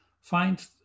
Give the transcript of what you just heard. find